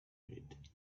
made